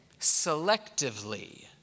selectively